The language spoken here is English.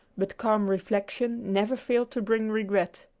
but calm reflection never failed to bring regret.